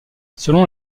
selon